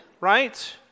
right